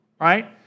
right